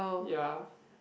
ya